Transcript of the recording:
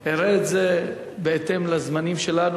אני אראה את זה בהתאם לזמנים שלנו,